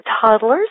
toddlers